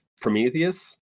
Prometheus